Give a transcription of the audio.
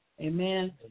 Amen